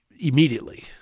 immediately